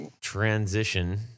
transition